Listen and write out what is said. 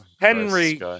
Henry